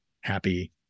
happy